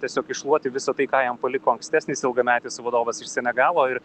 tiesiog iššluoti visą tai ką jam paliko ankstesnis ilgametis vadovas iš senegalo ir